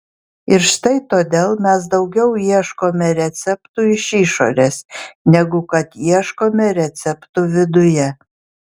ir štai todėl mes daugiau ieškome receptų iš išorės negu kad ieškome receptų viduje